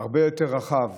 שהוא הרבה יותר רחב